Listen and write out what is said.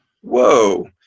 whoa